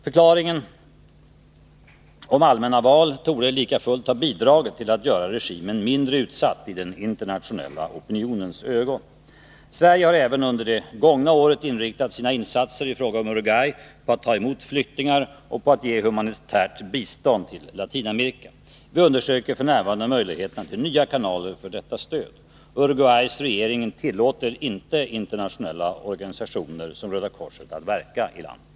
Förklaringen om allmänna val torde likafullt 179 ha bidragit till att göra regimen mindre utsatt i den internationella opinionens ögon. Sverige har även under det gångna året inriktat sina insatser i fråga om Uruguay på att ta emot flyktingar och på att ge humanitärt bistånd till Latinamerika. Vi undersöker f. n. möjligheterna till nya kanaler för detta stöd. Uruguays regering tillåter inte internationella organisationer som Röda korset att verka i landet.